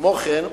כמו כן,